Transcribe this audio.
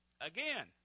again